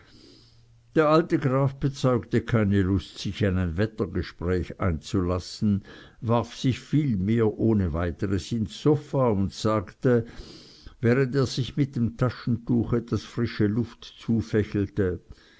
der alte graf bezeugte keine lust sich in ein wettergespräch einzulassen warf sich vielmehr ohne weiteres ins sofa und sagte während er sich mit dem taschentuch etwas frische luft zufächelte